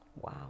Wow